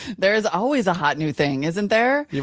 there is always a hot new thing, isn't there?